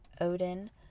Odin